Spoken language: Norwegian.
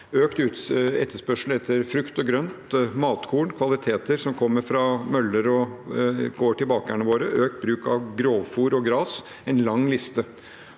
økt etterspørsel etter frukt og grønt og matkorn – kvaliteter som kommer fra møllere og går til bakerne våre – og økt bruk av grovfôr og gras – en lang liste.